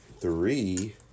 three